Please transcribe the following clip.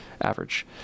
Average